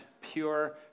pure